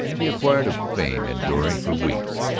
he acquired a fame enduring for weeks.